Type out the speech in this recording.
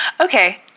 okay